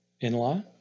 in-law